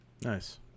Nice